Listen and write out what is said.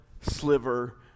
sliver